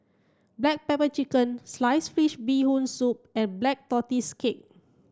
black pepper chicken sliced fish bee hoon soup and black tortoise cake